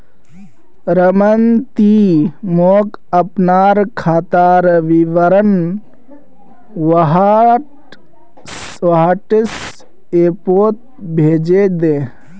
रमन ती मोक अपनार खातार विवरण व्हाट्सएपोत भेजे दे